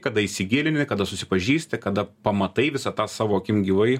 kada įsigilini kada susipažįsti kada pamatai visą tą savo akim gyvai